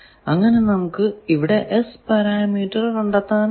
അങ്ങനെ നമുക്ക് ഇവിടെ S പാരാമീറ്റർ കണ്ടെത്താനാകും